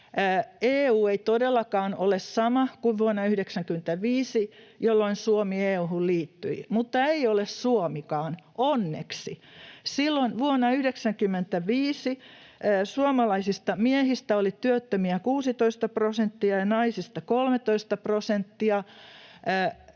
EU ei todellakaan ole sama kuin vuonna 95, jolloin Suomi EU:hun liittyi — mutta ei ole Suomikaan, onneksi. Silloin vuonna 95 suomalaisista miehistä oli työttömiä 16 prosenttia ja naisista 13 prosenttia.